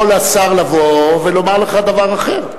יכול השר לבוא ולומר לך דבר אחר.